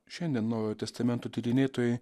šiandien naujojo testamento tyrinėtojai